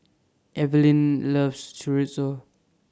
Eveline loves Chorizo